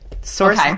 Source